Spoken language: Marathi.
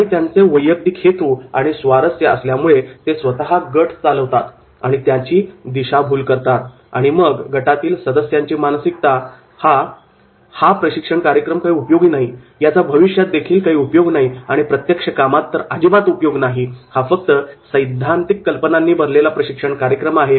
आणि त्यांचे वैयक्तिक हेतू आणि स्वारस्य असल्यामुळे ते स्वतः गट चालवतात व त्याची दिशाभूल करतात आणि मग गटातील सदस्यांची मानसिकता 'हा प्रशिक्षण कार्यक्रम उपयोगी नाही याचा भविष्यातदेखील उपयोग नाही किंवा प्रत्यक्ष कामात देखील उपयोग नाही हा फक्त सैद्धांतिक कल्पनांनी भरलेला प्रशिक्षण कार्यक्रम आहे